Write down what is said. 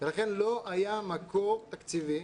לכן לא היה מקור תקציבי,